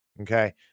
Okay